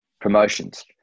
promotions